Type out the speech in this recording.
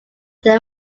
they